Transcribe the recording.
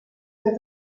für